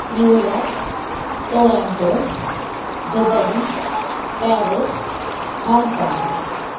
New York Toronto Dubai Paris Hong Kong